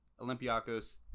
Olympiacos